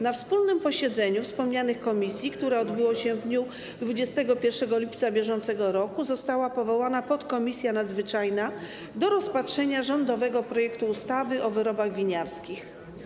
Na wspólnym posiedzeniu wspomnianych komisji, które odbyło się w dniu 21 lipca br., została powołana podkomisja nadzwyczajna do rozpatrzenia rządowego projektu ustawy o wyrobach winiarskich.